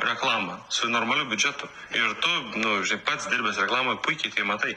reklamą su normaliu biudžetu ir tu nu žiūrėk pats dirbęs reklamoj puikiai tai matai